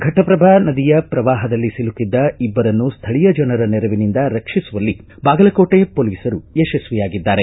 ಫಟ್ಟಪ್ರಭಾ ನದಿಯ ಪ್ರವಾಹದಲ್ಲಿ ಸಿಲುಕಿದ್ದ ಇಬ್ಬರನ್ನು ಸ್ಥಳೀಯ ಜನರ ನೆರವಿನಿಂದ ರಕ್ಷಿಸುವಲ್ಲಿ ಬಾಗಲಕೋಟೆ ಪೊಲೀಸರು ಯಶಸ್ವಿಯಾಗಿದ್ದಾರೆ